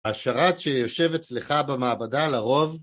השרת שיושב אצלך במעבדה לרוב